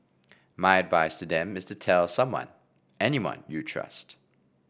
my advice to them is to tell someone anyone you trust